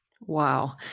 Wow